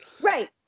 Right